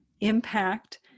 impact